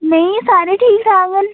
नेईं सारे ठीक ठाक न